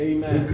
Amen